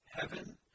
Heaven